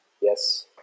yes